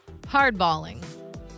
hardballing